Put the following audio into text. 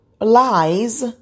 lies